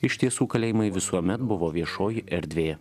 iš tiesų kalėjimai visuomet buvo viešoji erdvė